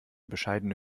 bescheidene